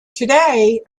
today